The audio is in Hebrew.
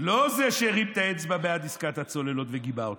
לא זה שהרים את האצבע בעד עסקת הצוללות וגיבה אותה.